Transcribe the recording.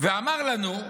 ואמר לנו: